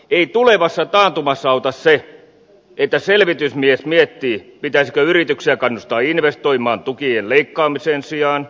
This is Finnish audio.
ei tulevassa taantumassa auta se että selvitysmies miettii pitäisikö yrityksiä kannustaa investoimaan tukien leikkaamisen sijaan